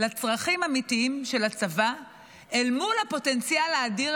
לצרכים האמיתיים של הצבא אל מול הפוטנציאל האדיר